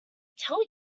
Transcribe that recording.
tell